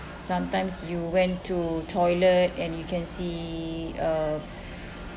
sometimes you went to toilet and you can see uh